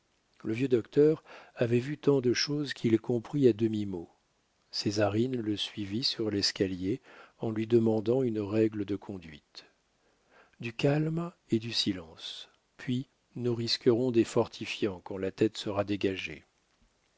le vieux docteur avait vu tant de choses qu'il comprit à demi-mot césarine le suivit sur l'escalier en lui demandant une règle de conduite du calme et du silence puis nous risquerons des fortifiants quand la tête sera dégagée